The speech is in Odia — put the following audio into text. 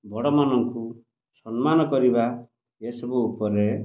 ବଡ଼ ମାନଙ୍କୁ ସମ୍ମାନ କରିବା ଏ ସବୁ ଉପରେ